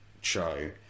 show